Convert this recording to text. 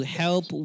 help